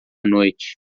noite